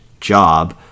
job